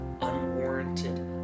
unwarranted